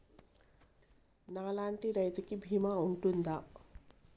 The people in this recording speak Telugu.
నా లాంటి రైతు కి బీమా ఉంటుందా?